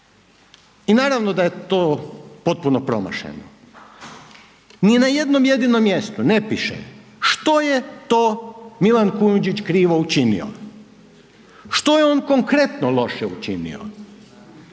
i naravno da je to potpuno promašeno. Ni na jednom jedinom mjestu ne piše što je to Milan Kujundžić krivo učinio, što je on konkretno loše učinio,